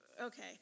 okay